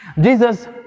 Jesus